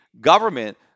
government